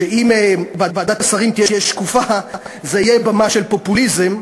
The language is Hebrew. שאם ועדת השרים תהיה שקופה זו תהיה במה של פופוליזם.